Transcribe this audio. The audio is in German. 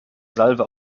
salve